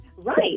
Right